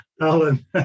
Alan